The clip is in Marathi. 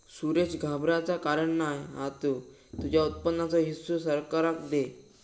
सुरेश घाबराचा कारण नाय हा तु तुझ्या उत्पन्नाचो हिस्सो सरकाराक दे